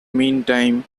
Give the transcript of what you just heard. meantime